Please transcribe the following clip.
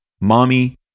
mommy